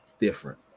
different